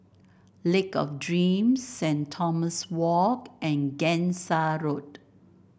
Lake of Dreams Saint Thomas Walk and Gangsa Road